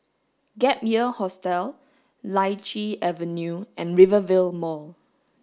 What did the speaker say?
Gap Year Hostel Lichi Avenue and Rivervale Mall